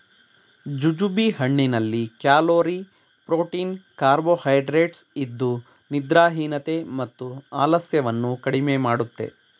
jujube ಹಣ್ಣಿನಲ್ಲಿ calorie, protein carbohydrates ಇದ್ದು ನಿದ್ರಾಹೀನತೆ ಮತ್ತು ಆಲಸ್ಯವನ್ನು ಕಡಿಮೆ ಮಾಡುತ್ತೆ